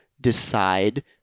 decide